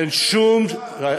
יש לפקידים האלה שר.